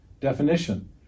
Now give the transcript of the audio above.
definition